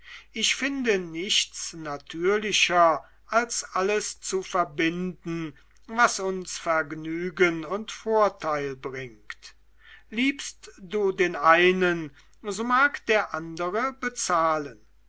ich finde nichts natürlicher als alles zu verbinden was uns vergnügen und vorteil bringt liebst du den einen so mag der andere bezahlen